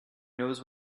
knows